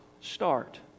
start